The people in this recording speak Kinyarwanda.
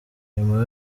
nyuma